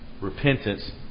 Repentance